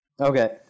okay